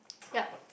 yup